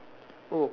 oh